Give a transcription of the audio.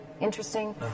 interesting